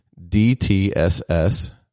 DTSS